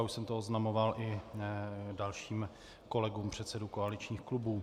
Už jsem to oznamoval i dalším kolegům předsedům koaličních klubů.